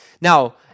Now